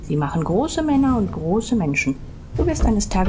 sie machen große männer und große menschen du wirst eines tages